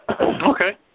Okay